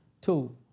Two